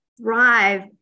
thrive